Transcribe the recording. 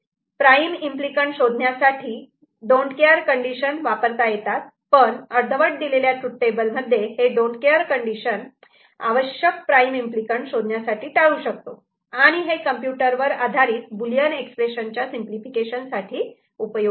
prime implicant शोधण्यासाठी don't केअरdon't care condition वापरता येतात पण अर्धवट दिलेल्या तृथ टेबल मध्ये हे डोन्ट केअर कंडिशन आवश्यक प्राईम इम्पली कँट शोधण्यासाठी टाळू शकतो आणि हे कम्प्युटर वर आधारित बुलियन एक्सप्रेशनच्या सिंपलिफिकेशन साठी उपयोगी आहे